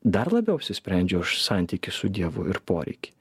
dar labiau apsisprendžia už santykį su dievu ir poreikį